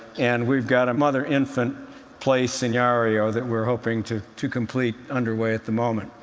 and we've got a mother-infant play scenario that we're hoping to to complete underway at the moment.